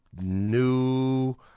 new